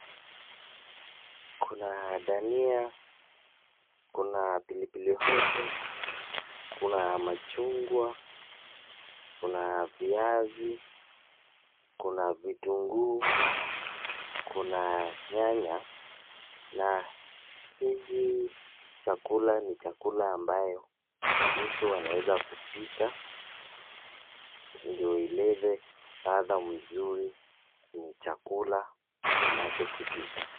Kuna dania kuna pilipili hoho kuna machungwa kuna viazi, kuna vitunguu, kuna nyanya na hizi chakula ni chakula ambayo mtu anaweza kupika ndio ilete ladhaa mzuri kwenye chakula anachokipika.